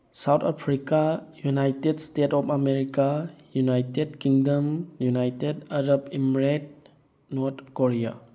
south Africa United State of America United Kingdom United Arab Emirates North Korea